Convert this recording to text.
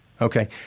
Okay